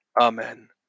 Amen